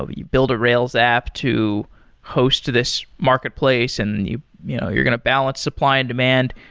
ah you build a rails app to host to this marketplace and you know you're going to balance supply and demand.